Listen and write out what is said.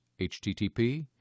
HTTP